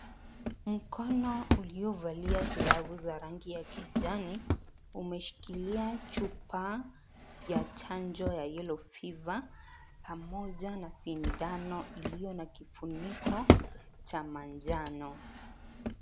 Mkono uliovalia glavu za rangi ya kijani umeshikilia chupa ya chanjo ya Yellow Fever pamoja na sindano iliyo na kifuniko cha manjano.